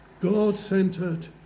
God-centered